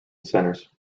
centers